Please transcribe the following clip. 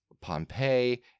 Pompeii